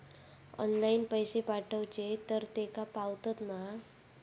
Online पैसे पाठवचे तर तेका पावतत मा?